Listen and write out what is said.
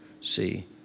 see